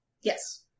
Yes